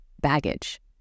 baggage